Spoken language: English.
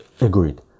Agreed